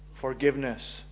Forgiveness